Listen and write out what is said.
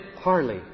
Harley